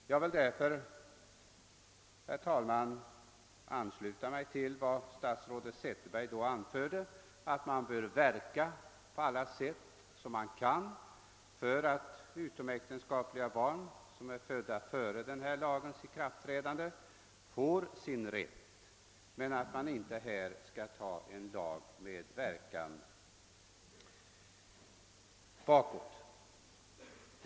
Jag vill därför, herr talman, ansluta mig till vad statsrådet Zetterberg på sin tid anförde att man på allt sätt bör verka för att utomäktenskapliga barn som är födda före lagens ikraftträdande skall få sin rätt men att man inte skall låta lagen verka bakåt i tiden.